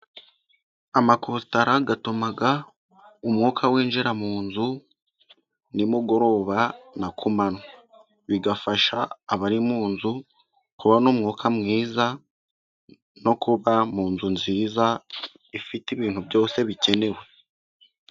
Amakositara atuma umwuka winjira mu nzu, nimugoroba na kumanywa. Bigafasha abari mu nzu kubona n'umwuka mwiza, no kuba mu nzu nziza ifite ibintu byose bikenewe.